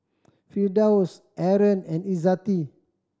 Firdaus Aaron and Izzati